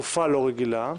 בתקופה לא רגילה,